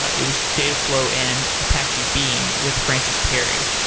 it was dataflow and apache beam with francis perry.